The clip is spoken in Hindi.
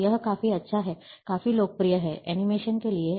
तो यह काफी अच्छा है काफी लोकप्रिय है एनिमेशन के लिए